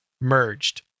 merged